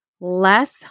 less